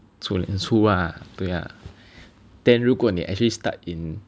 初年初 ah 对 ah then 如果你 actually start in